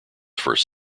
first